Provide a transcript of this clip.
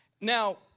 Now